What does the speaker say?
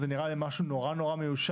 זה נראה לי משהו נורא מיושן.